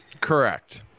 Correct